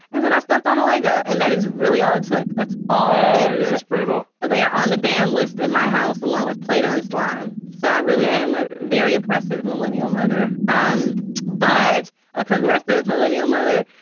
and then i stepped on a lego and that is really all it took that's all. ah yeah it's brutal they are on the banned list in my house along with played on slime. so i really am a very impressive millennial mother, um but but a progressive millennial mother.